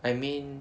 I mean